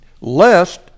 Lest